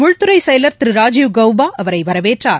உள்துறை செயலர் திரு ராஜீவ் கௌபா அவரை வரவேற்றார்